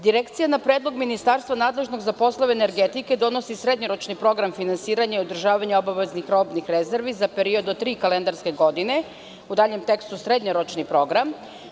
Direkcija na predlog ministarstva nadležnog za poslove energetike, donosi srednjoročni program finansiranja i održavanja obaveznih robnih rezervi za period od 3 kalendarske godine (u daljem tekstu: srednjoročni program)